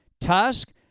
Tusk